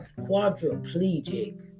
quadriplegic